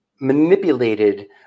manipulated